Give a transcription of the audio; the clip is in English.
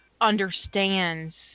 understands